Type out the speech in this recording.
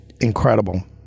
incredible